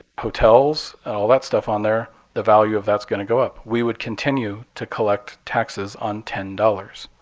hotels, and all that stuff on there, the value of that's going to go up. we would continue to collect taxes on ten dollars.